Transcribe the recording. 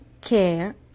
care